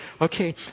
okay